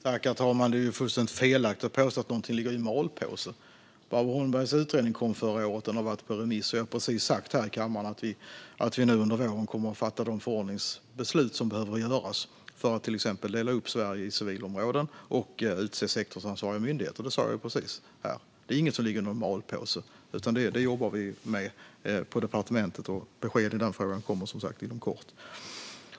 Herr talman! Det är fullständigt felaktigt att påstå att någonting ligger i malpåse. Barbro Holmbergs utredning kom förra året, och den har varit ute på remiss. Och jag har precis sagt här i kammaren att vi nu under våren kommer att fatta de förordningsbeslut som behövs för att till exempel dela upp Sverige i civilområden och utse sektorsansvariga myndigheter. Detta sa jag nyss här. Det är ingenting som ligger i någon malpåse, utan detta jobbar vi med på departementet. Besked i denna fråga kommer, som sagt, inom kort.